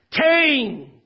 Cain